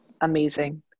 Amazing